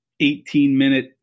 18-minute